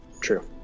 true